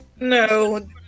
No